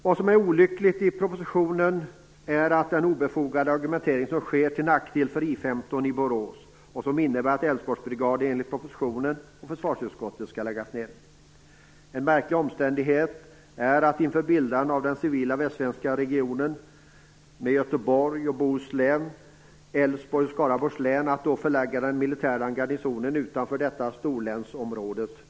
Vad som är olyckligt i propositionen är den obefogade argumenteringen som är till nackdel för I 15 i Det känns fel när man inför bildandet av den civila västsvenska regionen med Göteborgs och Bohus län, Älvsborgs och Skaraborgs län skall förlägga den militära garnisonen utanför detta storlänsområde.